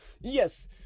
yes